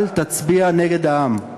אל תצביע נגד העם.